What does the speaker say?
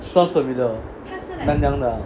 nanyang 的 ah